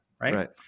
right